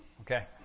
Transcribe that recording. Okay